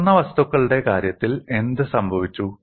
പൊട്ടുന്ന വസ്തുക്കളുടെ കാര്യത്തിൽ എന്ത് സംഭവിച്ചു